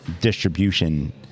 distribution